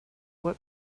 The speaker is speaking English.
what